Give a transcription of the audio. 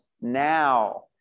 now